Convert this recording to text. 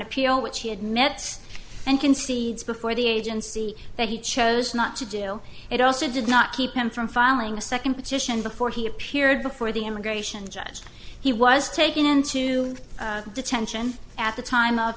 appeal which he had met and concedes before the agency that he chose not to do it also did not keep him from filing a second petition before he appeared before the immigration judge he was taken into detention at the time of